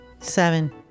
Seven